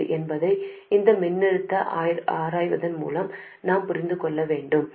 என்பதை இந்த மின்னழுத்தத்தை ஆராய்வதன் மூலமும் நாம் புரிந்து கொள்ளலாம்